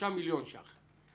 שלושה מיליון שקלים,